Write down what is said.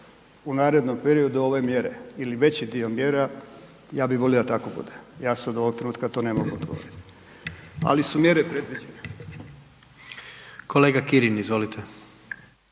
u narednom periodu ove mjere ili veći dio mjera, ja bi volio da tako bude, ja sad ovog trenutka to ne mogu odgovoriti, ali su mjere … **Jandroković, Gordan (HDZ)** Kolega Kirin izvolite.